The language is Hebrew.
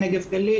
עם נגב גליל,